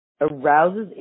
arouses